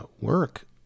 work